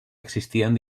existien